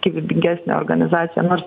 gyvybingesnę organizaciją nors